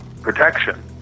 protection